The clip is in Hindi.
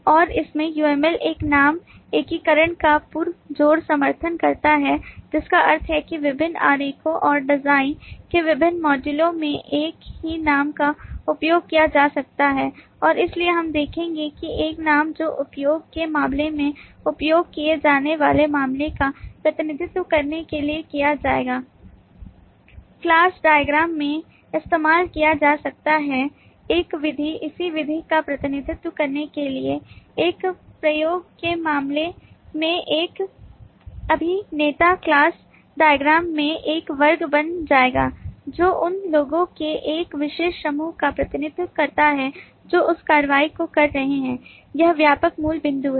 और इसमें UML एक नाम एकीकरण का पुरजोर समर्थन करता है जिसका अर्थ है कि विभिन्न आरेखों और डिज़ाइन के विभिन्न मॉड्यूलों में एक ही नाम का उपयोग किया जा सकता है और इसलिए हम देखेंगे कि एक नाम जो उपयोग के मामले में उपयोग किए जाने वाले मामले का प्रतिनिधित्व करने के लिए किया जाएगा क्लास डायग्राम में इस्तेमाल किया जा सकता है एक विधि इसी विधि का प्रतिनिधित्व करने के लिए एक प्रयोग के मामले में एक अभिनेता क्लास डायग्राम में एक वर्ग बन जाएगा जो उन लोगों के एक विशेष समूह का प्रतिनिधित्व करता है जो उस कार्रवाई को कर रहे हैं यह व्यापक मूल बिंदु है